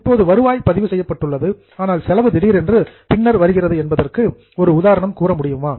இப்போது வருவாய் பதிவு செய்யப்பட்டுள்ளது ஆனால் செலவு திடீரென்று பின்னர் வருகிறது என்பதற்கு ஒரு உதாரணம் கூற முடியுமா